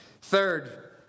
Third